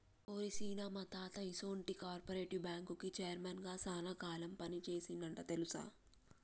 ఓరి సీన, మా తాత ఈసొంటి కార్పెరేటివ్ బ్యాంకుకి చైర్మన్ గా సాన కాలం పని సేసిండంట తెలుసా